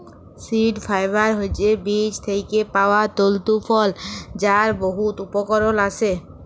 seed fibre হছে বীজ থ্যাইকে পাউয়া তল্তু ফল যার বহুত উপকরল আসে